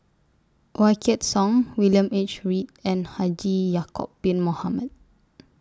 Wykidd Song William H Read and Haji Ya'Acob Bin Mohamed